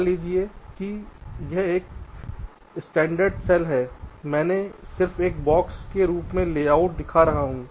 मान लीजिए कि यह एक स्टैंडर्ड सेल standard cell है मैं सिर्फ एक बॉक्स के रूप में लेआउट दिखा रहा हूं